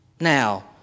Now